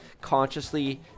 consciously